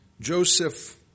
Joseph